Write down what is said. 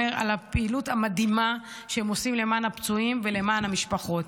על הפעילות המדהימה שהם עושים למען הפצועים ולמען המשפחות.